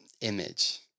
image